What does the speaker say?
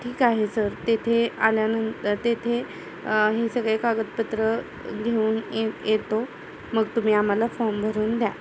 ठीक आहे सर तेथे आल्यानंतर तेथे हे सगळे कागदपत्र घेऊन ए येतो मग तुम्ही आम्हाला फॉर्म भरून द्या